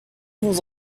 vous